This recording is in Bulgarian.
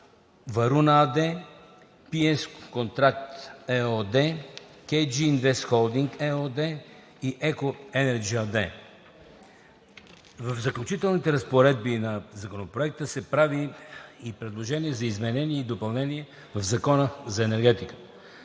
„Варуна“ АД, „Пи Ес Контракт“ ЕОО, „Кей Джи Инвест Холдинг“ ЕООД и „Еко Енерджи“ АД. В Заключителните разпоредби на Законопроекта се прави предложение за изменения и допълнения в Закона за енергетиката.